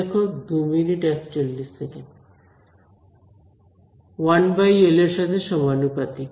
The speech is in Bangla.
1এল এর সাথে সমানুপাতিক